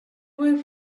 were